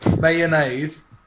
mayonnaise